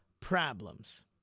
problems